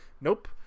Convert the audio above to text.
nope